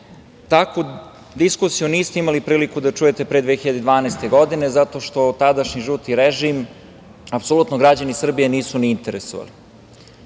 diskusiju niste imali priliku da čujete pre 2012. godine zato što tadašnji žuti režim apsolutno građani Srbije nisu ni interesovali.